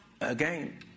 again